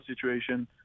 situation